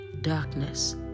darkness